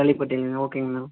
கள்ளிப்பட்டிங்களா ஓகேங்கண்ணா